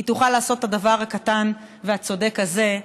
היא תוכל לעשות את הדבר הקטן והצודק הזה,